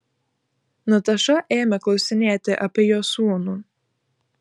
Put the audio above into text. nataša ėmė klausinėti apie jo sūnų